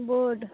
board